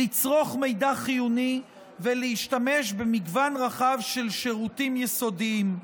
לצרוך מידע חיוני ולהשתמש במגוון רחב של שירותים יסודיים.